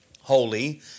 holy